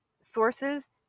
sources